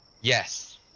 Yes